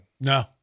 No